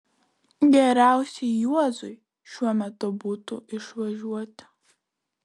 geriausiai juozui šiuo metu būtų išvažiuoti